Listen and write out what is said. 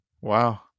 Wow